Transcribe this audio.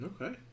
Okay